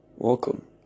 Welcome